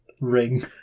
ring